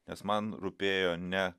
nes man rūpėjo ne